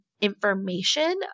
information